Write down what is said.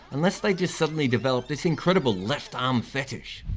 unless they just suddenly developed this incredible left arm fetish.